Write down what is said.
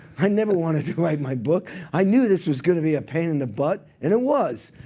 i never wanted to write my book. i knew this was going to be a pain in the butt, and it was.